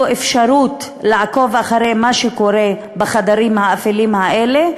אפשרות לעקוב אחרי מה שקורה בחדרים האפלים האלה,